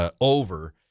over